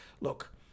look